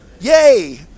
yay